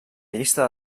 llista